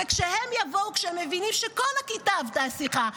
וכשהם יבואו כשהם מבינים שכל הכיתה עברה שיחה,